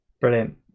brilliant